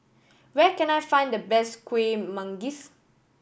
where can I find the best Kuih Manggis